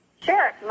Sure